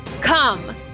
come